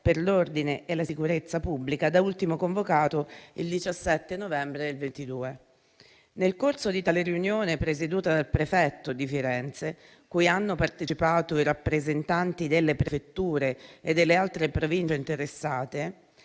per l'ordine e la sicurezza pubblica, da ultimo convocato il 17 novembre del 2022. Nel corso di tale riunione, presieduta dal prefetto di Firenze, cui hanno partecipato i rappresentanti delle prefetture e delle altre Province interessate